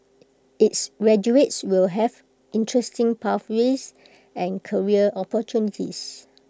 its graduates will have interesting pathways and career opportunities